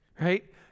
right